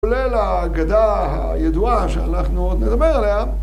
כולל האגדה הידועה שאנחנו עוד נדבר עליה